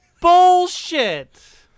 bullshit